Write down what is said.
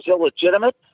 illegitimate